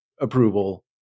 approval